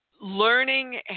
learning